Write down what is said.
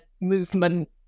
movement